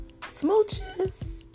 Smooches